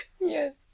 Yes